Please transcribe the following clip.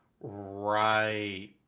Right